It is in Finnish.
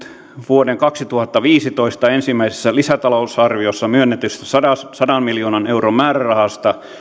vuoden kaksituhattaviisitoista ensimmäisessä lisätalousarviossa myönnetystä sadan sadan miljoonan euron määrärahasta